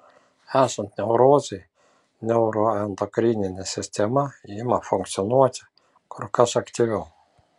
esant neurozei neuroendokrininė sistema ima funkcionuoti kur kas aktyviau